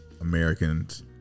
Americans